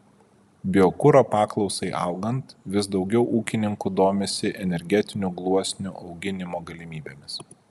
biokuro paklausai augant vis daugiau ūkininkų domisi energetinių gluosnių auginimo galimybėmis